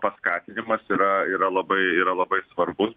paskatinimas yra yra labai yra labai svarbus